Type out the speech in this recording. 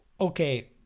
Okay